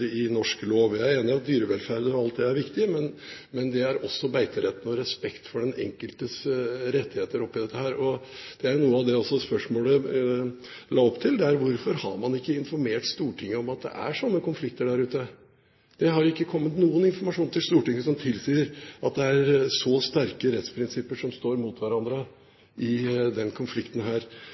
i norsk lov? Jeg er enig i at dyrevelferd og alt det er viktig, men det er også beiteretten og respekt for den enkeltes rettigheter her. Det er noe av det spørsmålet la opp til: Hvorfor har man ikke informert Stortinget om at det er slike konflikter der ute? Det har ikke kommet noen informasjon til Stortinget som tilsier at det er så sterke rettsprinsipper som står mot hverandre i denne konflikten.